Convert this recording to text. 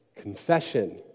confession